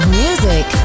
music